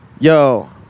yo